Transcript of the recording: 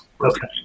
Okay